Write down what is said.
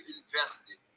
invested